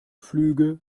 flüge